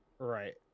right